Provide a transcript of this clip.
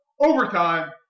overtime